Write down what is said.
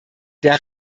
der